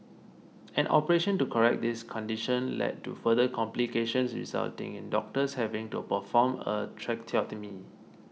an operation to correct this condition led to further complications resulting in doctors having to perform a tracheotomy